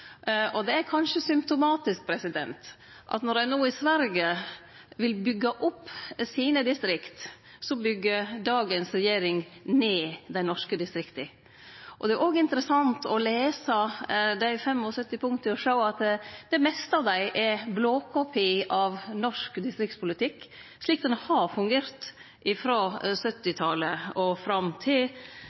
Det er kanskje symptomatisk at når ein i Sverige no vil byggje opp sine distrikt, byggjer dagens regjering ned dei norske distrikta. Det er òg interessant å lese dei 75 punkta og sjå at dei fleste av dei er ein blåkopi av norsk distriktspolitikk slik han har fungert frå 1970-talet og fram til